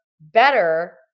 better